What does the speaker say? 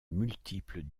multiples